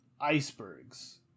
icebergs